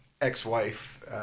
ex-wife